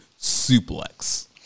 suplex